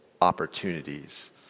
opportunities